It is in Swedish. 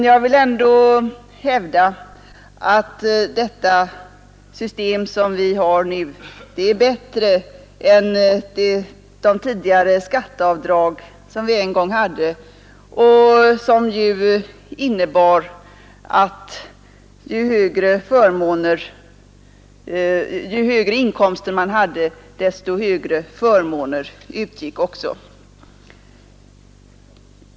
Jag vill ändå hävda att det system som vi nu har är bättre än de skatteavdrag som vi en gång hade och som innebar att ju högre inkomster man hade desto högre förmåner utgick också.